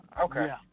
Okay